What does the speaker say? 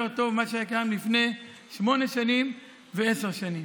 טוב ממה שהיה קיים לפני שמונה שנים ועשר שנים.